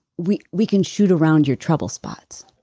we we can shoot around your trouble spots.